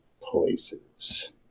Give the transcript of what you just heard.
places